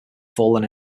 fallen